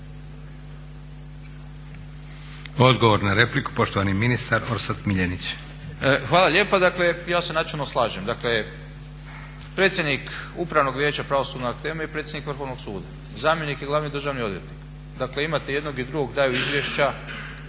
Odgovor na repliku poštovani ministar Orsat Miljenić. **Miljenić, Orsat** Hvala lijepa. Dakle, ja se načelno slažem. Dakle predsjednik Upravnog vijeća pravosudne …/Govornik se ne razumije./… i predsjednik Vrhovnog suda, zamjenik je glavni državni odvjetnik. Dakle imate i jednog i drugog, daju izvješća.